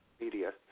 Media